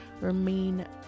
remain